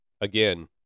Again